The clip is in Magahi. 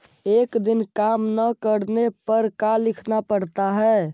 एक दिन काम न करने पर का लिखना पड़ता है?